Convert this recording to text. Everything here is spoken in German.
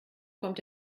kommt